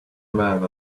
man